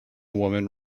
woman